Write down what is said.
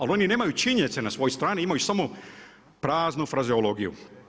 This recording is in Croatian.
Ali oni nemaju činjenice na svojoj strani, imaju samo praznu faziologiju.